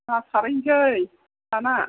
ना सारहैसै दाना